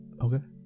Okay